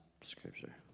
scripture